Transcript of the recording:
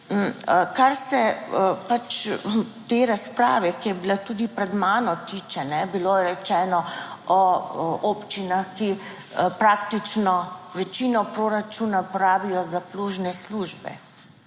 kar se pač te razprave, ki je bila tudi pred mano tiče. Bilo je rečeno o občinah, ki praktično večino proračuna porabijo za plužne službe.